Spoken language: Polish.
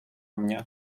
mnie